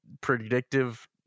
predictive